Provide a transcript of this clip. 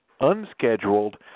unscheduled